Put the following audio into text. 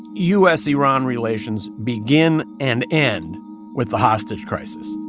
u s iran relations begin and end with the hostage crisis.